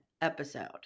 episode